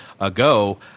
ago